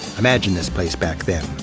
imagine this place back then,